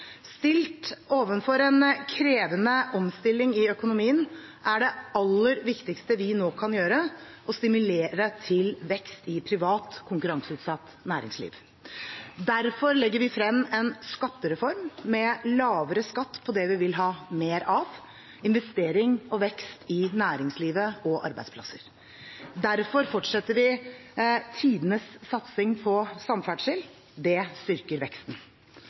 Stilt overfor en krevende omstilling i økonomien er det aller viktigste vi nå kan gjøre, å stimulere til vekst i privat, konkurranseutsatt næringsliv. Derfor legger vi frem en skattereform med lavere skatt på det vi vil ha mer av – investering og vekst i næringslivet og arbeidsplasser. Derfor fortsetter vi tidenes satsing på samferdsel – det styrker veksten.